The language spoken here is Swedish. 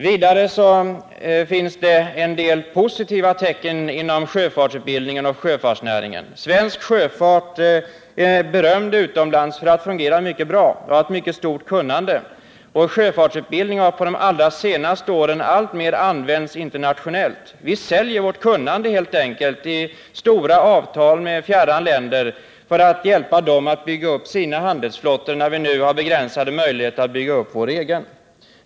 Vidare finns det en del positiva tecken inom sjöfartsutbildningen och sjöfartsnäringen. Svensk sjöfart är berömd utomlands för att fungera mycket bra och för att ha tillgång till ett mycket stort kunnande. Sjöfartsutbildningen har på de allra senaste åren alltmer använts internationellt. Vi säljer helt enkelt vårt kunnande i stora avtal med fjärran länder för att hjälpa dem att bygga upp sina handelsflottor när vi nu har begränsade möjligheter att bygga upp vår egen.